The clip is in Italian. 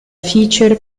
feature